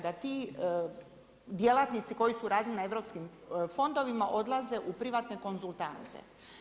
Da ti djelatnici koji su radili na europskim fondovima odlaze u privatne konzultante.